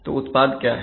तो उत्पाद क्या है